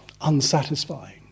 unsatisfying